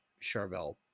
Charvel